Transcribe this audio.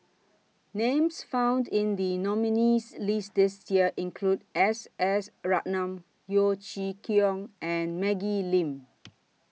Names found in The nominees' list This Year include S S Ratnam Yeo Chee Kiong and Maggie Lim